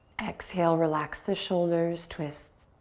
exhale, relax the shoulders, twist.